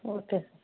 okay sir